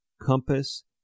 Compass